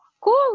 cool